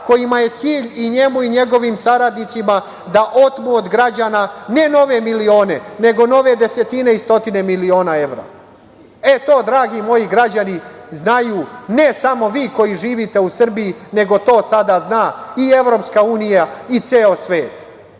kome je cilj, i njemu i njegovim saradnicima, da otme od građana, ne nove milione, nego nove desetine i stotine miliona evra. Eto, dragi moji građani, znaju, ne samo vi koji živite u Srbiji, nego to sada zna i EU i ceo svet